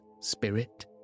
Spirit